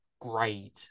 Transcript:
grade